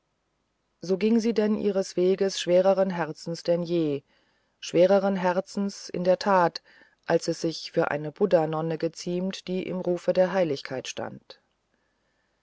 so ging sie denn ihres weges schwereren herzens denn je schwereren herzens in der tat als es sich für eine buddha nonne ziemte die im rufe der heiligkeit stand